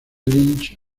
lynch